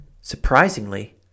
Surprisingly